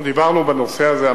דיברנו בנושא הזה.